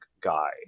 guy